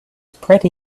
pretty